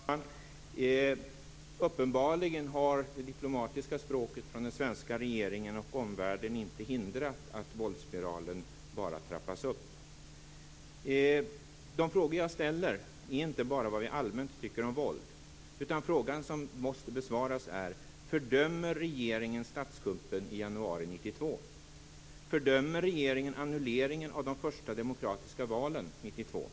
Fru talman! Uppenbarligen har det diplomatiska språket från den svenska regeringen och omvärlden inte hindrat att våldsspiralen trappats upp. De frågor jag ställer gäller inte bara vad vi allmänt tycker om våld. De frågor som måste besvaras är: Fördömer regeringen statskuppen i januari 1992? Fördömer regeringen annuleringen av de första demokratiska valen 1992?